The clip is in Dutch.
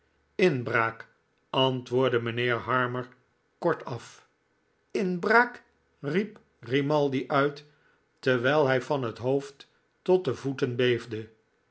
inbraak antwoordde mijnheer harmer kortaf inbraak riep g rimaldi uit terwijl hij van het hoofd tot de voeten